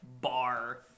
bar